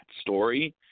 story